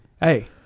hey